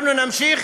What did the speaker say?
אנחנו נמשיך